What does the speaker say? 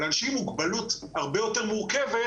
אנשים עם מוגבלות הרבה יותר מורכבת,